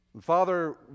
Father